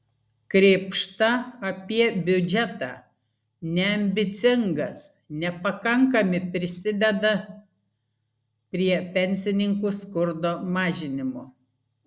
krėpšta apie biudžetą neambicingas nepakankami prisideda prie pensininkų skurdo mažinimo